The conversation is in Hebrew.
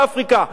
באפריקה.